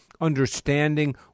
understanding